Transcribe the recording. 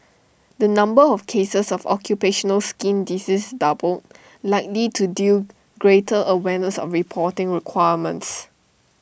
the number of cases of occupational skin disease doubled likely to due greater awareness of reporting requirements